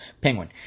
Penguin